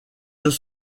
deux